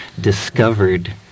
discovered